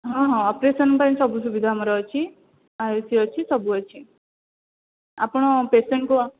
ହଁ ହଁ ଅପରେସନ ପାଇଁ ସବୁ ସୁବିଧା ଆମର ଅଛି ଆଉ ଏସି ଅଛି ସବୁ ଅଛି ଆପଣ ପେସେଣ୍ଟ କୁ